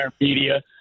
media